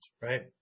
right